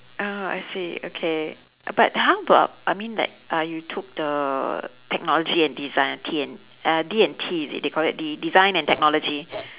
oh I see okay but how about I mean like uh you took the technology and design T and uh D&T is it they call it de~ design and technology